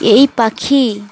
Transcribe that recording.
এই পাখি